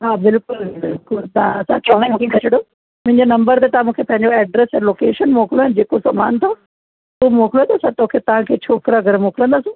हा बिल्कुलु बिल्कुलु तव्हां ऑनलाइन बुकिंग करे छॾो मुंहिंजो नम्बर त तव्हां मूंखे पंहिंजो एड्रेस ऐं लोकेशन मोकिलियो ऐं जेको तव्हां खे करवाइणा अथव हू मोकिलियो असां तव्हां खे छोकिरा घर मोकिलींदासीं